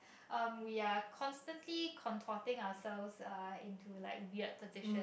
um we are consistency contorting ourselves uh into like weird position